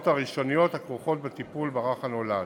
הראשוניות הכרוכות בטיפול ברך הנולד.